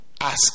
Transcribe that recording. Ask